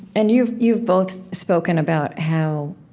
and you've you've both spoken about how